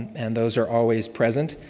and those are always present.